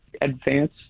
advance